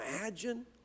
imagine